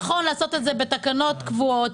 נכון לעשות את זה בהוראות קבועות,